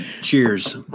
cheers